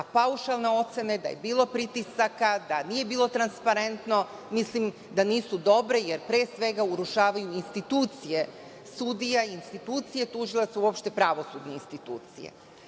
paušalne ocene da je bilo pritisaka, da nije bilo transparentno, mislim da nisu dobre, jer pre svega urušavaju institucije sudija, institucije tužilaca, uopšte pravosudne institucije. Od